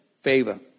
favor